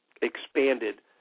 expanded